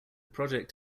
project